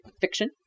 Fiction